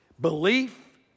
Belief